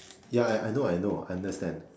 ya I know I know understand